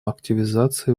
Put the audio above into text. активизации